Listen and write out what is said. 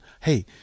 hey